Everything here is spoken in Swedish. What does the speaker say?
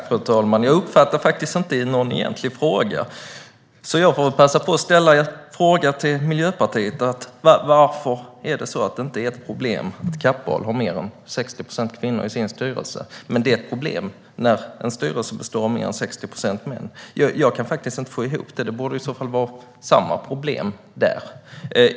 Fru talman! Jag uppfattade inte någon egentlig fråga, så jag får passa på att ställa en fråga till Miljöpartiet: Varför är det inte ett problem att Kappahl har mer än 60 procent kvinnor i sin styrelse, medan det är ett problem när en styrelse består av mer än 60 procent män? Jag kan faktiskt inte få ihop det. Det borde i så fall vara samma problem med det.